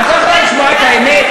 את לא יכולה לשמוע את האמת?